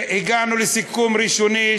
והגענו לסיכום ראשוני,